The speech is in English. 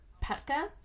Petka